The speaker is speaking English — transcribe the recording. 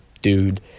dude